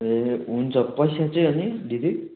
ए हुन्छ पैसा चाहिँ अनि दिदी